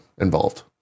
involved